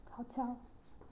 hotel